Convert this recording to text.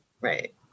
Right